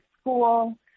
school